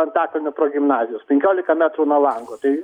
antakalnio progimnazijos penkiolika metrų nuo lango tai